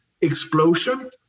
explosion